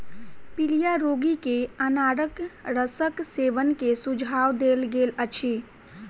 पीलिया रोगी के अनारक रसक सेवन के सुझाव देल गेल अछि